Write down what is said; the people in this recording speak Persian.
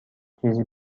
چیزی